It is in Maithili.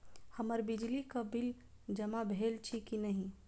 हम्मर बिजली कऽ बिल जमा भेल अछि की नहि?